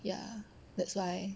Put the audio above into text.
ya that's why